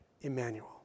Emmanuel